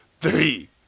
three